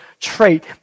trait